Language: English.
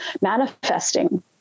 manifesting